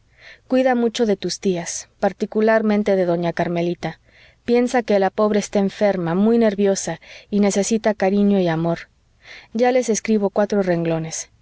cuida mucho de tus tías particularmente de doña carmelita piensa que la pobre está muy enferma muy nerviosa y necesita cariño y amor ya les escribo cuatro renglones